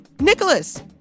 nicholas